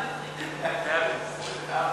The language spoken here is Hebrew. מסתלבט עלי?